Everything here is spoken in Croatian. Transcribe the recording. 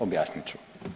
Objasnit ću.